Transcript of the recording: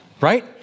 Right